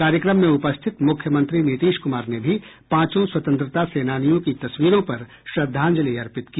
कार्यक्रम में उपस्थित मुख्यमंत्री नीतीश कुमार ने भी पांचों स्वतंत्रता सेनानियों की तस्वीरों पर श्रद्धांजलि अर्पित की